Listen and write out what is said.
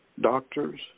doctors